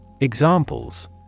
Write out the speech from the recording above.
Examples